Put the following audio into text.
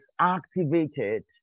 activated